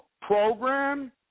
program